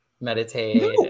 Meditate